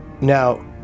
Now